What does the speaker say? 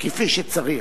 כפי שצריך.